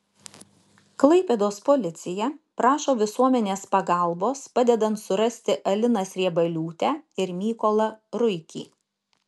klaipėdos policija prašo visuomenės pagalbos padedant surasti aliną sriebaliūtę ir mykolą ruikį